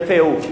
יפה, הוא.